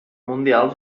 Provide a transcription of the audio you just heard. mundial